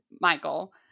Michael